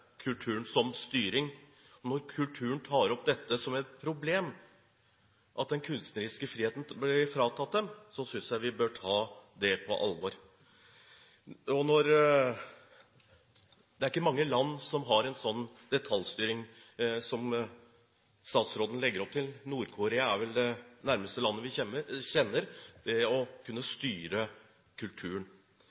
kulturen som styring. Når kulturen tar opp som et problem at den kunstneriske friheten blir fratatt den, synes jeg vi bør ta det på alvor. Det er ikke mange land som har en slik detaljstyring som statsråden legger opp til. Nord-Korea er vel det landet vi kjenner til, som kommer nærmest det å styre kulturen.